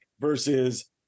Versus